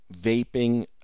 vaping